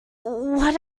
what